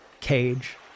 cage